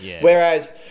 Whereas